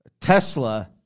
Tesla